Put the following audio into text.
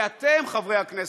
כי אתם, חברי הכנסת,